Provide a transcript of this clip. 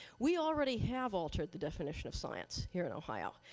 we already have altered the definition of science here in ohio.